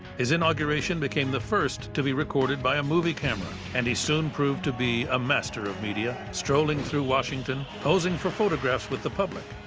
his inauguration became the first to be recorded by a movie camera. and he soon proved to be a master of media, strolling through washington, posing for photographs with the public.